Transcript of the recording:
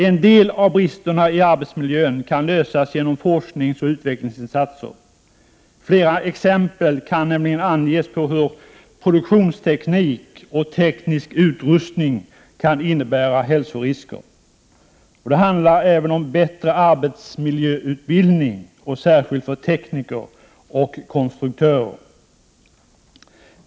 En del av bristerna i arbetsmiljön kan lösas genom forskningsoch utvecklingsinsatser. Flera exempel kan nämligen anges på hur produktionsteknik och teknisk utrustning kan innebära hälsorisker. Det handlar även om bättre arbetsmiljöutbildning, särskilt för tekniker och konstruktörer.